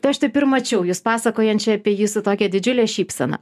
tai aš taip ir mačiau jus pasakojančią apie jį su tokia didžiule šypsena